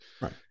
right